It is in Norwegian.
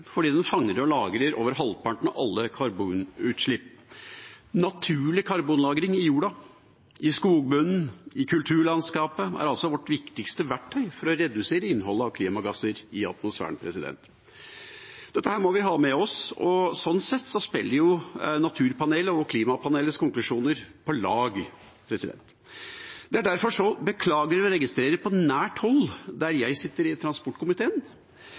fordi den fanger og lagrer over halvparten av alle karbonutslipp. Naturlig karbonlagring i jorda, i skogbunnen, i kulturlandskapet er altså vårt viktigste verktøy for å redusere innholdet av klimagasser i atmosfæren. Dette må vi ha med oss, og sånn sett spiller naturpanelets og klimapanelets konklusjoner på lag. Det er derfor beklagelig å registrere på nært hold, der jeg sitter i transportkomiteen,